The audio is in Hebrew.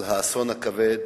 על האסון הכבד